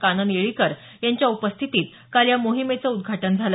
कानन येळीकर यांच्या उपस्थितीत या काल मोहिमेचं उद्घाटन झालं